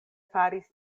faris